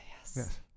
Yes